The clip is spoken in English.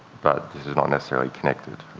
but this is not necessarily connected.